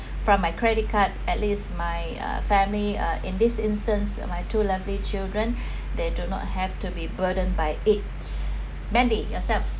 from my credit card at least my uh family uh in this instance my two lovely children they do not have to be burdened by it mandy yourself